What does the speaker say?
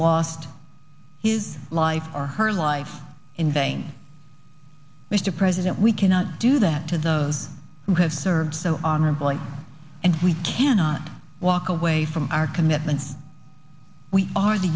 lost his life or her life in vain mr president we cannot do that to those who have served so honorably and we cannot walk away from our commitments we are the